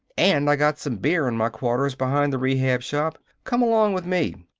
and i got some beer in my quarters behind the rehab shop. come along with me!